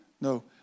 no